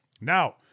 Now